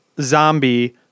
zombie